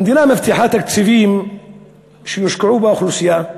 המדינה מבטיחה תקציבים שיושקעו באוכלוסייה,